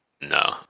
no